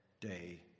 day